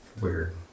weird